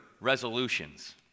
resolutions